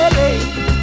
baby